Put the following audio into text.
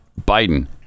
Biden